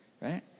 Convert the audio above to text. Right